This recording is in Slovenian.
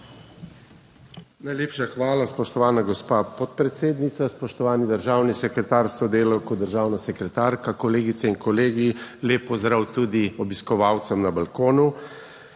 Najlepša hvala, spoštovana gospa podpredsednica, spoštovani državni sekretar s sodelavko, državna sekretarka, kolegice in kolegi. Lep pozdrav tudi obiskovalcem na balkonu.